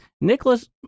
Nicholas